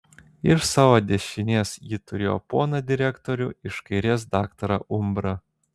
iš savo dešinės ji turėjo poną direktorių iš kairės daktarą umbrą